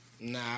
Nah